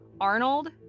Arnold